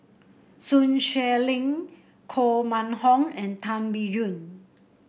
Sun Xueling Koh Mun Hong and Tan Biyun